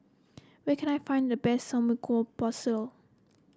where can I find the best Samgyeopsal